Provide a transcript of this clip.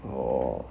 orh